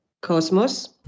cosmos